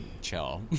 chill